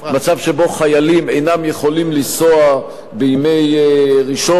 מצב שבו חיילים אינם יכולים לנסוע בימי ראשון או